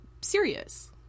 Serious